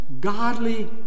godly